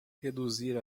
reduzir